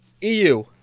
EU